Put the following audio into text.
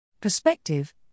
Perspective